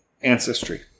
ancestry